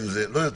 לא יודע.